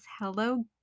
hello